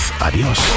Adiós